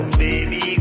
baby